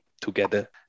together